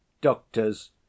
Doctors